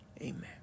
Amen